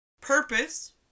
purpose